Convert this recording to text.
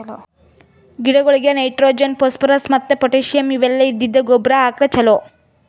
ಗಿಡಗೊಳಿಗ್ nitrogen, phosphorus ಮತ್ತ್ potassium ಇವೆಲ್ಲ ಇದ್ದಿದ್ದ್ ಗೊಬ್ಬರ್ ಹಾಕ್ರ್ ಛಲೋ